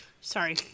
Sorry